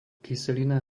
kyselina